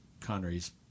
Connery's